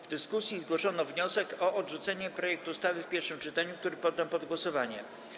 W dyskusji zgłoszono wniosek o odrzucenie projektu ustawy w pierwszym czytaniu, który poddam pod głosowanie.